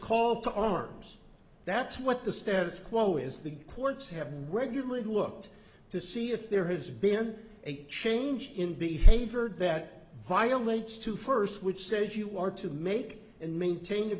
call to arms that's what the status quo is the courts have regularly looked to see if there has been a change in behavior the that violates two first which says you are to make and maintain